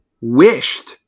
wished